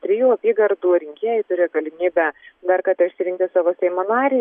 trijų apygardų rinkėjai turi galimybę dar kartą išsirinkti savo seimo narį